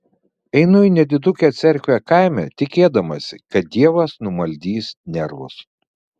einu į nedidukę cerkvę kaime tikėdamasi kad dievas numaldys nervus